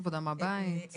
עבודה מהבית היברידית.